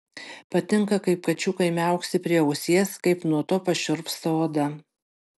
patinka kaip kačiukai miauksi prie ausies kaip nuo to pašiurpsta oda